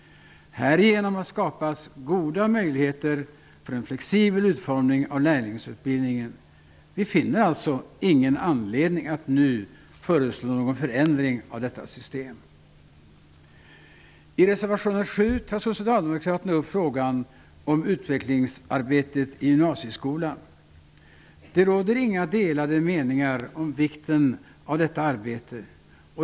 Härigenom har skapats goda möjligheter för en flexibel utformning av lärlingsutbildningen. Vi finner alltså ingen anledning att nu föreslå någon förändring av detta system. I reservation 7 tar Socialdemokraterna upp frågan om utvecklingsarbetet i gymnasieskolan. Det råder inga delade meningar om vikten av detta arbete.